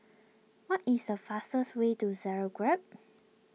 what is the fastest way to Zagreb